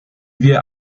wir